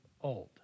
old